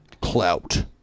Clout